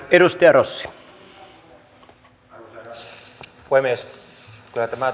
arvoisa herra puhemies